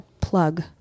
plug